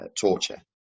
torture